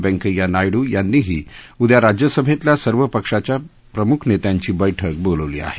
व्यंकय्या नायड्र यांनीही उदया राज्यसभेतल्या सर्व पक्षाच्या प्रमुख नेत्यांची बैठक बोलावली आहे